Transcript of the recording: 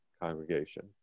congregation